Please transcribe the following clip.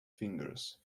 fingers